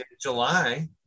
July